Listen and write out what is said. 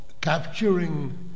capturing